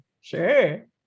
Sure